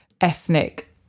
ethnic